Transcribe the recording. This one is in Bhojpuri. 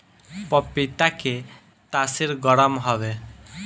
पपीता के तासीर गरम हवे